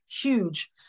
huge